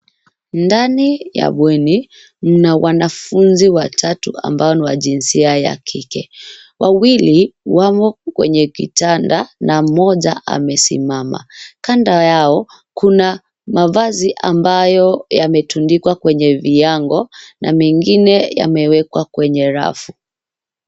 Ndani ya bweni, mna wanafunzi watatu ambao ni wa jinsia ya kike. Wawili wamo kwenye kitanda na mmoja amesimama. Kando yao kuna mavazi ambayo yametundikwa kwenye viango na mengine yamewekwa kwenye rafu.